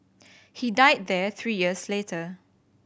he died there three years later